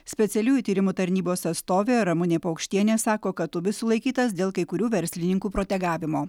specialiųjų tyrimų tarnybos atstovė ramunė paukštienė sako kad tubis sulaikytas dėl kai kurių verslininkų protegavimo